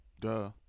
duh